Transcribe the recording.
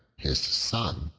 his son,